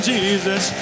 Jesus